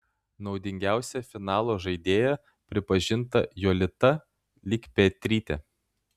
naudingiausia finalo žaidėja pripažinta jolita likpetrytė